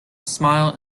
smile